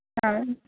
ആ